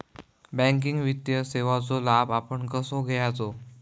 Banking वित्तीय सेवाचो लाभ आपण कसो घेयाचो?